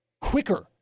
quicker